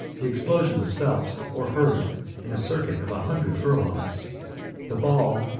the explosion was felt or heard in a circuit of a hundred furlongs the ball,